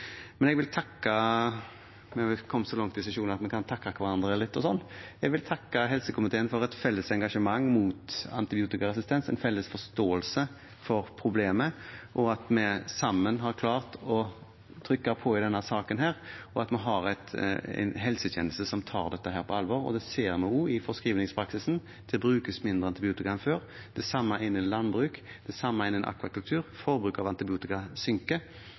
Jeg vil takke – vi er vel kommet så langt i sesjonen at vi kan takke hverandre litt – helsekomiteen for et felles engasjement mot antibiotikaresistens, en felles forståelse for problemet, og at vi sammen har klart å trykke på i denne saken. At vi har en helsetjeneste som tar dette på alvor, ser vi også i forskrivingspraksisen. Det brukes mindre antibiotika enn før – det samme innen landbruk, det samme innen akvakultur. Forbruket av antibiotika